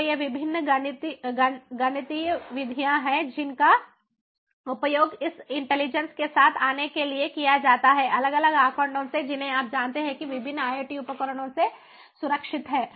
तो ये विभिन्न गणितीय विधियाँ हैं जिनका उपयोग इस इंटेलिजेंस के साथ आने के लिए किया जाता है अलग अलग आंकड़ों से जिन्हें आप जानते हैं कि विभिन्न IoT उपकरणों से सुरक्षित हैं